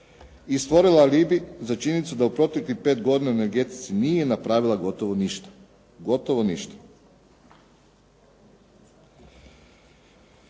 i stvorila alibi za činjenicu da u proteklih 5 godina u energetici nije napravila gotovo ništa. Gotovo ništa.